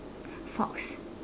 fox